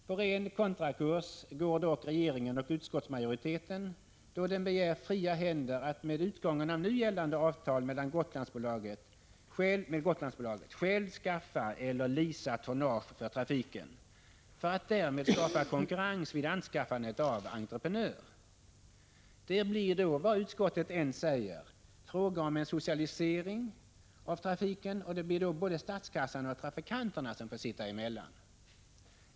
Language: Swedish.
På ren kontrakurs går dock regeringen och utskottsmajoriteten, då den begär fria händer att med utgången av nu gällande avtal med Gotlandsbolaget själv skaffa eller leasa tonnage för trafiken för att därmed skapa konkurrens vid anskaffandet av entreprenör. Det blir då, vad utskottet än säger, fråga om en socialisering av trafiken, och det blir både statskassan och trafikanterna som får sitta emellan.